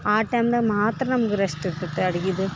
ಆ ಟೈಮ್ದಾಗ ಮಾತ್ರ ನಮ್ಗ ರೆಸ್ಟ್ ಇರ್ತೈತೆ ಅಡ್ಗಿದ